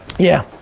yeah.